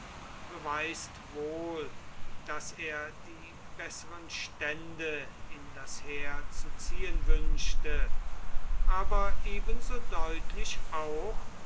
beweist wohl daß er die besseren stände in das heer zu ziehen wünschte aber ebenso deutlich auch